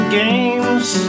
games